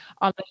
on